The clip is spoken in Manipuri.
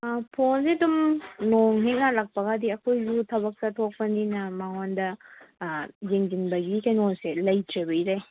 ꯐꯣꯟꯖꯦ ꯑꯗꯨꯝ ꯅꯣꯡ ꯍꯦꯛ ꯉꯥꯜꯂꯛꯄꯒ ꯍꯥꯏꯗꯤ ꯑꯩꯈꯣꯏꯖꯤꯖꯨ ꯊꯕꯛ ꯆꯠꯊꯣꯛꯄꯅꯤꯅ ꯃꯉꯣꯟꯗ ꯌꯦꯡꯖꯤꯟꯕꯒꯤ ꯀꯩꯅꯣꯁꯦ ꯂꯩꯇ꯭ꯔꯦꯕ ꯏꯔꯩ